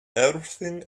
everything